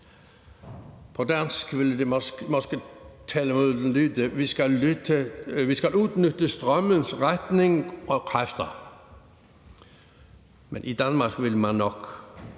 På dansk ville det måske komme til at lyde: Vi skal udnytte strømmens retning og kræfter. I Danmark ville det nok